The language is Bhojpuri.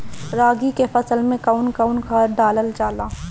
रागी के फसल मे कउन कउन खाद डालल जाला?